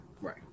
Right